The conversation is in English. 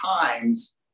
times